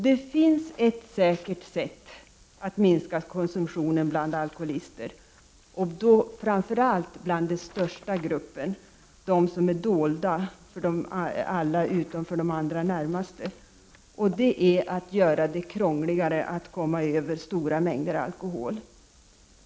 Det finns ett säkert sätt att minska konsumtionen bland alkoholister, framför allt bland den största gruppen — de som är dolda alkoholister för alla utom för de allra närmaste — och det är att göra det krångligare att komma över stora mängder alkohol.